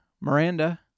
Miranda